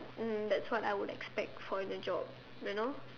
mm that's what I would expect for the job you know